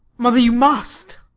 mother, you must.